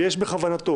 ויש בכוונתו